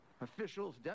officials